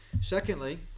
Secondly